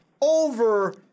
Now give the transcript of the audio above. over